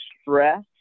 stress